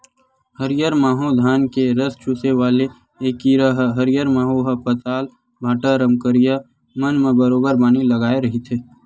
हरियर माहो धान के रस चूसे वाले ऐ कीरा ह हरियर माहो ह पताल, भांटा, रमकरिया मन म बरोबर बानी लगाय रहिथे